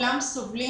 כולם סובלים